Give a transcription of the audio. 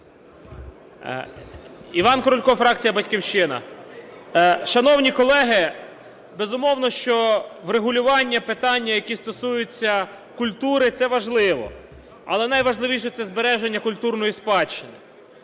Іван Крулько, фракція "Батьківщина". Шановні колеги, безумовно, що врегулювання питань, які стосуються культури – це важливо. Але найважливіше – це збереження культурної спадщини.